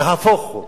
נהפוך הוא.